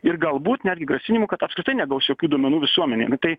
ir galbūt netgi grasinimų kad apskritai negaus jokių duomenų visuomenė nu tai